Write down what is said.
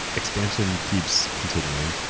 expansion keeps continuing.